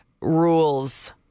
rules